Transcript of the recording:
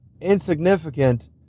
insignificant